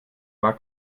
war